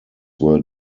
were